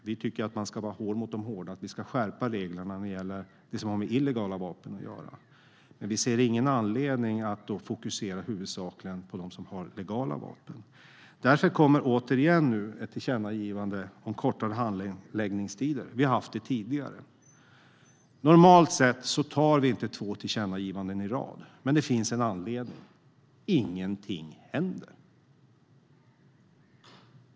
Vi tycker att man ska vara hård mot de hårda och skärpa reglerna när det gäller illegala vapen. Vi ser dock ingen anledning att huvudsakligen fokusera på dem som har legala vapen. Därför gör vi återigen ett tillkännagivande om kortare handläggningstider; vi har haft det tidigare. Normalt sett gör vi inte två tillkännagivanden i rad, men det finns en anledning: Ingenting händer.